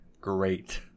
great